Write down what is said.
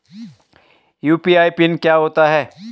UPI pin क्या होता है?